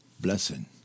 blessing